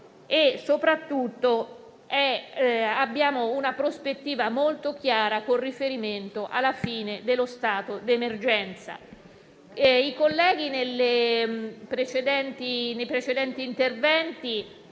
e soprattutto abbiamo una prospettiva molto chiara con riferimento alla fine dello stato d'emergenza. I colleghi, nei loro precedenti interventi,